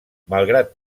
malgrat